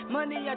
Money